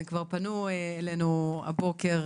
כבר פנו אלינו הבוקר